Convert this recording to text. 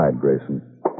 Grayson